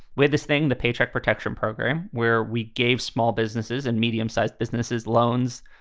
with this thing, the paycheck protection program where we gave small businesses and medium sized businesses loans,